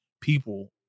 people